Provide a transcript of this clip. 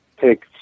take